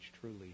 truly